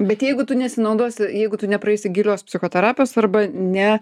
bet jeigu tu nesinaudosi jeigu tu nepraeisi gilios psichoterapijos arba ne